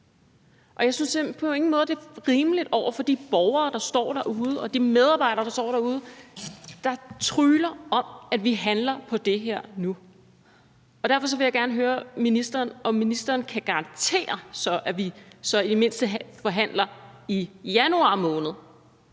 Jeg synes på ingen måde, det er rimeligt over for de borgere, der står derude, og de medarbejdere, der står derude, der trygler os om at handle på det her nu. Derfor vil jeg gerne høre ministeren, om ministeren kan garantere, at vi så i det mindste forhandler i januar måned